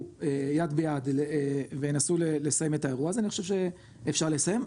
יד ביד וינסו לסיים את האירוע הזה אני חושב שאפשר לסיים.